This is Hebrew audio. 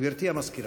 גברתי המזכירה.